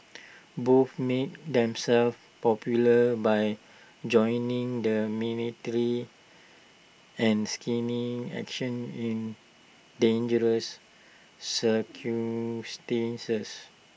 both made themselves popular by joining the military and skinning action in dangerous